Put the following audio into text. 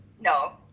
no